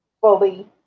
fully